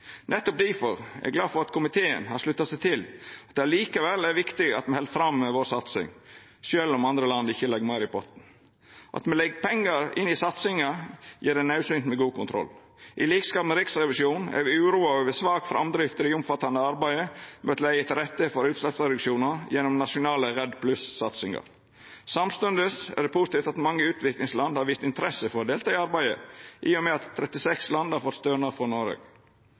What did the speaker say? Nettopp difor er eg glad for at komiteen har slutta seg til at det likevel er viktig at me held fram med satsinga vår, sjølv om andre land ikkje legg meir i potten. At me legg pengar inn i satsinga, gjer det naudsynt med god kontroll. Til liks med Riksrevisjonen er me uroa over svak framdrift i det omfattande arbeidet med å leggja til rette for utsleppsreduksjonar gjennom nasjonale REDD+-satsingar. Samstundes er det positivt at mange utviklingsland har vist interesse for å delta i arbeidet, i og med at 36 land har fått stønad frå Noreg.